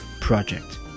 project